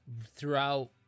throughout